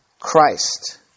Christ